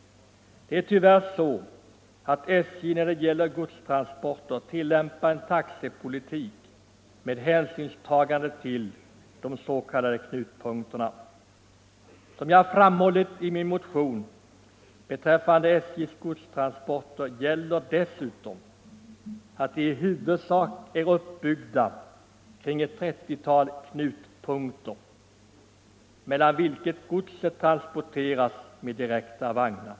Tyvärr är det så att SJ, när det gäller godstransporter, tillämpar en taxepolitik i vilken hänsyn tas till de s.k. knutpunkterna. Som jag har framhållit i motionen gäller för SJ:s godstransporter dessutom att de i huvudsak är uppbyggda kring ett 30-tal knutpunkter, mellan vilka godset trans porteras med direkta vagnar.